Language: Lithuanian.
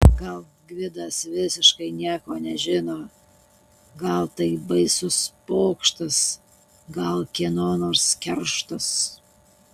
gal gvidas visiškai nieko nežino gal tai baisus pokštas gal kieno nors kerštas